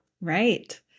Right